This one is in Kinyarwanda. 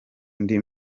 ndi